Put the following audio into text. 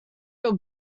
your